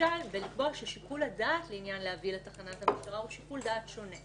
בקביעה ששיקול הדעת לעניין הבאה לתחנת המשטרה הוא שיקול דעת שונה.